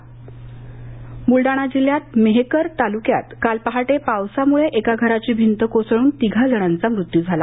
भिंत कोसळून अपघात बुलडाणा जिल्ह्यात मेहकर तालुक्यात इथं काल पहाटे पावसामुळे एका घराची भिंत कोसळून तिघा जणांचा मृत्यू झाला